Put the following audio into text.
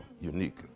unique